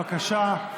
בבקשה.